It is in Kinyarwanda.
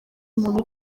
muntu